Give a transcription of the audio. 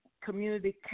community